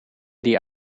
die